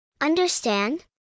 Understand